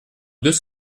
deux